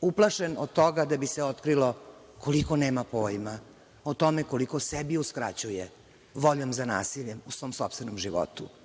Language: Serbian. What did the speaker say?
uplašen od toga da bi se otkrilo koliko nema pojma, o tome koliko sebi uskraćuje voljom za nasiljem u svom sopstvenom životu. Žrtva